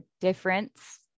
difference